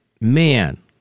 Man